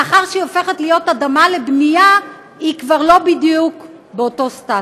לאחר שהיא הופכת להיות אדמה לבנייה היא כבר לא בדיוק באותו סטטוס.